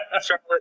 Charlotte